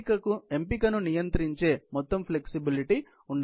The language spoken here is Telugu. ఎంపికను నియంత్రించే మొత్తం ఫ్లెక్సీబిలిటీ ఉండాలి